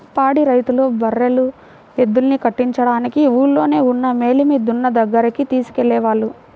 పాడి రైతులు బర్రెలు, ఎద్దుల్ని కట్టించడానికి ఊల్లోనే ఉన్న మేలిమి దున్న దగ్గరికి తీసుకెళ్ళేవాళ్ళు